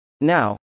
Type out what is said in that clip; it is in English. Now